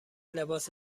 لباس